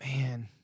Man